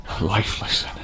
lifeless